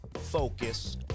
Focus